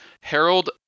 Harold